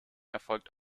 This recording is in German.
erfolgt